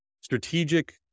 strategic